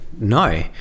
No